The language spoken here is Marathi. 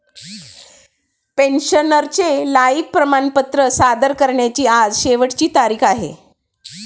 पेन्शनरचे लाइफ प्रमाणपत्र सादर करण्याची आज शेवटची तारीख आहे